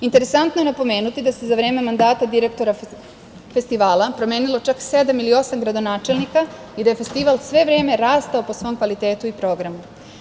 Interesantno je napomenuti da se za vreme mandata direktora festivala promenilo čak sedam ili osam gradonačelnika i da je festival sve vreme rastao po svom kvalitetu i programu.